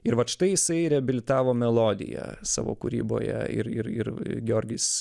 ir vat štai jisai reabilitavo melodiją savo kūryboje ir ir ir georgis